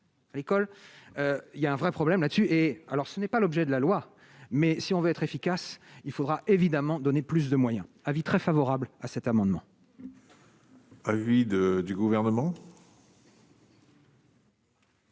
à l'école, il y a un vrai problème là-dessus, et alors ce n'est pas l'objet de la loi, mais si on veut être efficace, il faudra évidemment donner plus de moyens, avis très favorable à cet amendement. Avis de du gouvernement.